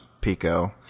Pico